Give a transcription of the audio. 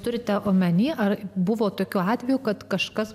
turite omenyje ar buvo tokiu atveju kad kažkas